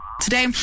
Today